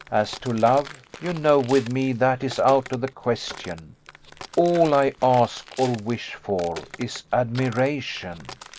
as to love, you know with me that is out of the question all i ask or wish for is admiration.